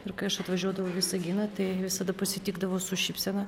ir kai aš atvažiuodavau į visaginą tai visada pasitikdavo su šypsena